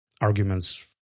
arguments